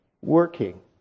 working